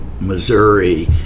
Missouri